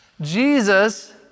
Jesus